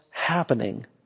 happening